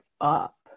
up